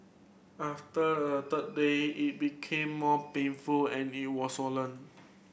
after a third day it became more painful and it was swollen